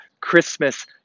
Christmas